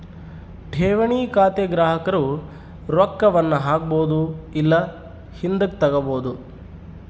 ಠೇವಣಿ ಖಾತೆಗ ಗ್ರಾಹಕರು ರೊಕ್ಕವನ್ನ ಹಾಕ್ಬೊದು ಇಲ್ಲ ಹಿಂದುಕತಗಬೊದು